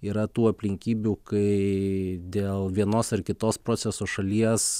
yra tų aplinkybių kai dėl vienos ar kitos proceso šalies